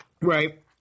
Right